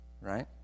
Right